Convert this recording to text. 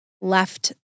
left